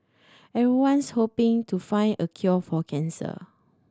everyone's hoping to find a cure for cancer